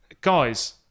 guys